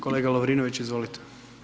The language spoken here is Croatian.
Kolega Lovrinović, izvolite.